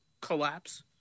collapse